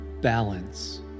balance